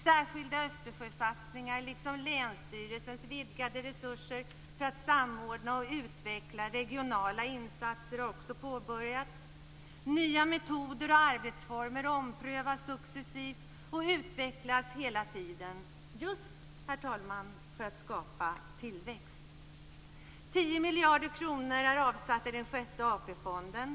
Särskilda Östersjösatsningar liksom länsstyrelsens vidgade resurser för att samordna och utveckla regionala insatser har också påbörjats. Nya metoder och arbetsformer omprövas successivt och utvecklas hela tiden just för att skapa tillväxt, herr talman. 10 miljarder kronor är avsatta i den sjätte AP fonden.